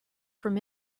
from